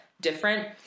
different